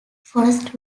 forest